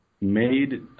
made